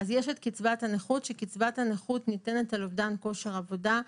יש את קצבת הנכות, שניתנת על אובדן כושר עבודה.